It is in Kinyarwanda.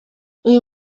uyu